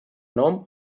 nom